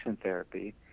therapy